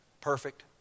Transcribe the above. perfect